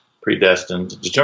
predestined